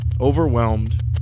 Overwhelmed